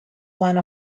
one